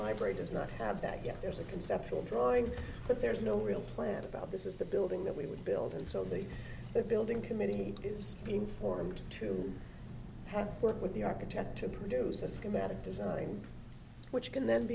library does not have that yet there's a conceptual drawing but there's no real plan about this is the building that we would build and so that the building committee is being formed to work with the architect to produce a schematic design which can th